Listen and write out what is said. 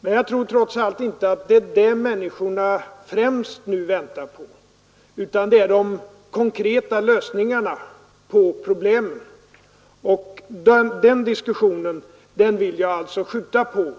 Men jag tror trots allt inte att det är det människorna främst nu väntar på, utan det är de konkreta lösningarna på problemen, och den diskussionen vill jag alltså skjuta på.